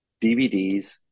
DVDs